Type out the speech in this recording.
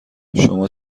شما